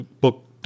book